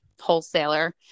wholesaler